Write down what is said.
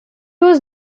was